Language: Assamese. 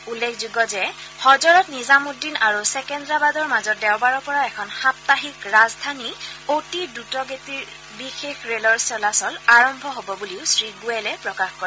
উল্লেখযোগ্য যে হজৰত নিজামুদ্দিন আৰু চেকেদ্ৰাবাদৰ মাজত দেওবাৰৰ পৰা এখন সাপ্তাহিক ৰাজধানী অতি দ্ৰুতগতিৰ বিশেষ ৰেলৰ চলাচল আৰম্ভ হব বুলিও শ্ৰীগোৱেলে প্ৰকাশ কৰে